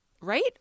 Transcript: Right